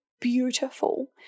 beautiful